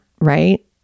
Right